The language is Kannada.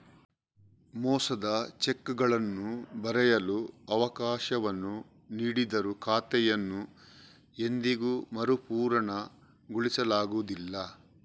ಮೋಸದ ಚೆಕ್ಗಳನ್ನು ಬರೆಯಲು ಅವಕಾಶವನ್ನು ನೀಡಿದರೂ ಖಾತೆಯನ್ನು ಎಂದಿಗೂ ಮರುಪೂರಣಗೊಳಿಸಲಾಗುವುದಿಲ್ಲ